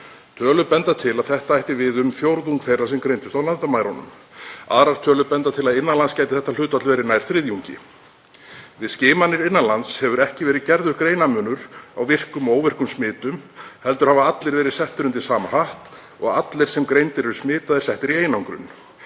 Tölur benda til að það ætti við um fjórðung þeirra sem greindust á landamærunum. Aðrar tölur benda til að innan lands gæti þetta hlutfall verið nær þriðjungi. Við skimanir innan lands hefur ekki verið gerður greinarmunur á virkum og óvirkum smitum heldur hafa allir verið settir undir sama hatt og allir sem greindir eru smitaðir settir í einangrun.